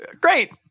great